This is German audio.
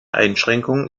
einschränkung